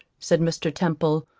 said mr. temple,